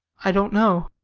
i don't know.